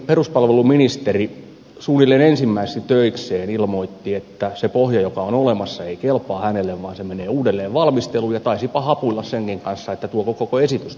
peruspalveluministeri suunnilleen ensimmäisiksi töikseen ilmoitti että se pohja joka on olemassa ei kelpaa hänelle vaan se menee uudelleen valmisteluun ja taisipa hapuilla senkin kanssa tuoko koko esitystä eduskuntaan